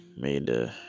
made